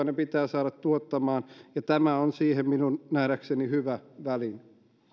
ne pitää saada tuottamaan ja tämä on siihen minun nähdäkseni hyvä väline